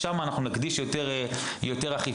אנחנו נקדיש יותר אכיפה.